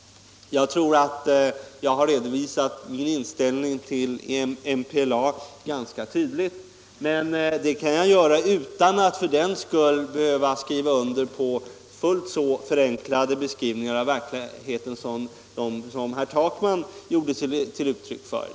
Jag tror att jag har redovisat min inställning till MPLA ganska tydligt, men det kan jag göra utan att för den skull behöva skriva under på en fullt så förenklad bild av verkligheten som den herr Takman gav.